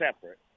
separate